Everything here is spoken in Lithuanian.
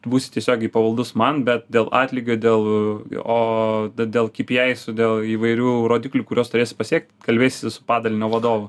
tu būsi tiesiogiai pavaldus man bet dėl atlygio dėl o dėl kijeisų dėl įvairių rodiklių kuriuos turės pasiekti kalbėsies padalinio vadovu